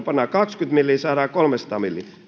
pannaan kaksikymmentä milliä saadaan kolmesataa milliä